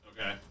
Okay